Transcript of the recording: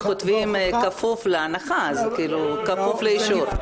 כותבים "כפוף להנחה" אז זה כפוף לאישור.